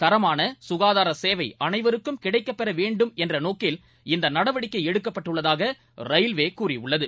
தரமான சுகாதார சேவை அனைவருக்கும் கிடைக்கப்பெற வேண்டும் என்ற நோக்கில் இந்த நடவடிக்கை எடுக்கப்பட்டுள்ளதாக ரயில்வே கூறியுள்ளது